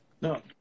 No